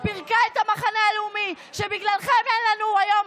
פוגש מאומת, גם אם איננו נדבק,